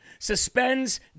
Suspends